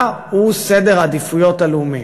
מה הוא סדר העדיפות הלאומי?